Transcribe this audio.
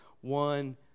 one